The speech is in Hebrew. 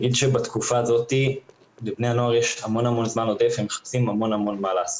בתקופה הזאת לבני הנוער יש המון זמן עודף והם מחפשים מה לעשות.